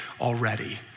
already